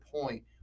point